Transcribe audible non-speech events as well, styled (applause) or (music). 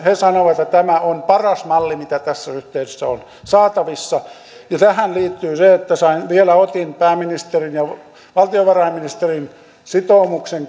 he sanovat että tämä on paras malli mikä tässä yhteydessä on saatavissa ja tähän liittyy se että vielä otin pääministerin ja valtiovarainministerin sitoumuksen (unintelligible)